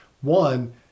One